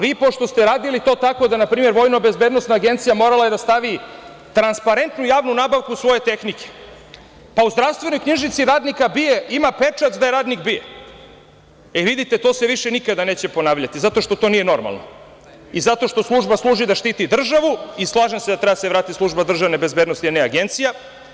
Vi pošto ste radili to tako, da npr. VBA je morala da stavi transparentnu javnu nabavku svoje tehnike, pa u zdravstvenoj knjižici radnika BIA ima pečat da je radnik BIA, vidite, to se više nikada neće ponavljati zato što to nije normalno i zato što služi da štiti državu, slažem se da treba da se vrati služba državne bezbednosti, a ne Agencija.